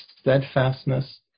steadfastness